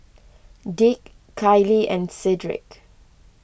Dick Kailee and Cedric